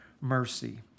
mercy